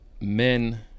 Men